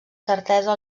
certesa